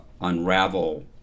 unravel